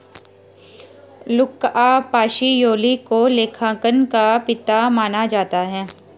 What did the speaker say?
लुका Pacioli को लेखांकन का पिता माना जाता है